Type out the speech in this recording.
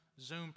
Zoom